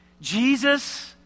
Jesus